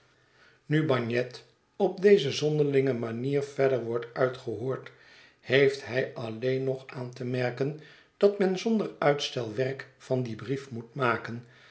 nu bagnet op deze zonderlinge maniereerder wordt uitgeboord heeft hij alleen nog aan te merken dat men zonder uitstel werk van dien brief moet maken